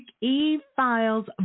E-Files